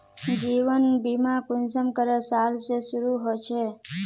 जीवन बीमा कुंसम करे साल से शुरू होचए?